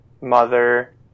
mother